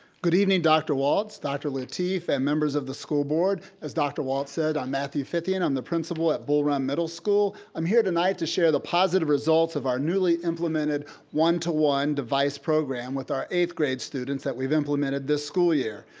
good evening, dr. walts, dr. lateef, and members of the school board. as dr. walts said, i'm matthew phythian, i'm the principal at bull run middle school. i'm here tonight to share the positive results of our newly implemented one to one device program with our eighth grade students that we've implemented this school year.